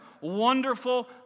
Wonderful